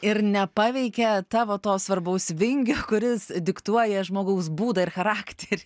ir nepaveikė tavo to svarbaus vingio kuris diktuoja žmogaus būdą ir charakterį